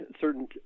certain